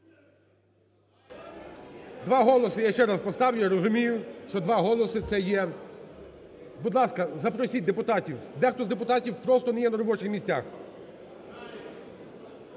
Два голоси. Я ще раз поставлю, я розумію, що два голоси це є. Будь ласка, запросіть депутатів, дехто з депутатів просто не є на робочих місцях.